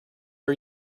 are